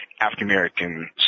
African-American